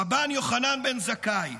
רבן יוחנן בן זכאי,